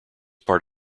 part